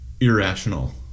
irrational